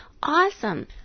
Awesome